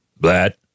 blat